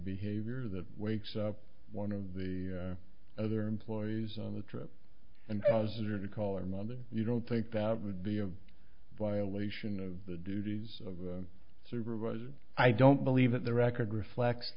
behavior that wakes up one of the other employees on the trip and causes her to call or mother you don't think that would be a violation of the duties of a supervisor i don't believe that the record reflects